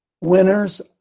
winners